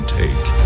take